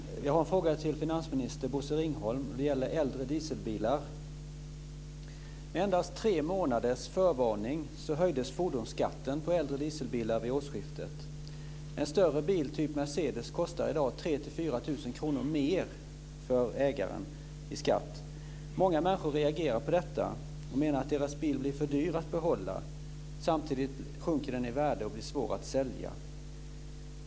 Fru talman! Jag har en fråga till finansminister Bosse Ringholm. Den gäller äldre dieselbilar. Med endast tre månaders förvarning höjdes fordonsskatten på äldre dieselbilar vid årsskiftet. En större bil typ Mercedes kostar i dag 3 000-4 000 kr mer för ägaren i skatt. Många människor reagerar på detta och menar att deras bil blir för dyr att behålla. Samtidigt sjunker den i värde och blir svår att sälja.